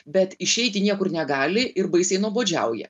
bet išeiti niekur negali ir baisiai nuobodžiauja